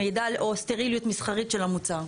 המידע או סטריליות מסחרית של המוצר.